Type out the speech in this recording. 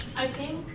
i think